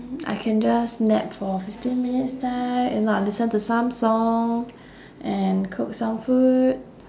I can just nap for fifteen minutes time if not I'll listen to some song and cook some food